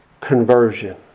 conversion